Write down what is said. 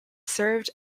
served